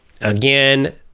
again